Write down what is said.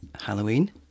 Halloween